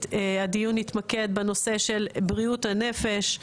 הדיון יתמקד בנושא של בריאות הנפש,